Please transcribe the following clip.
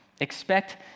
Expect